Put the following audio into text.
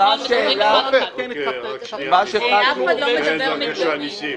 מקובל, אף אחד לא מדבר מדגמית.